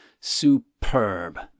Superb